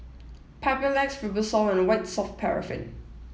Papulex Fibrosol and White Soft Paraffin